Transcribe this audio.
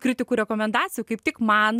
kritikų rekomendacijų kaip tik man